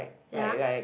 ya